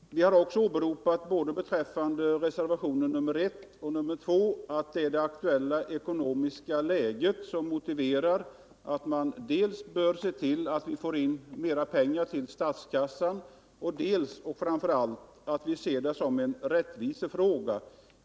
Vi har också åberopat, beträffande både reservationen 1 och reservationen 2, att det är det aktuella ekonomiska läget som motiverar dels att man bör se till att få in mer pengar till statskassan, dels och framför allt att vi ser det här som en rättvisefråga.